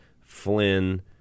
Flynn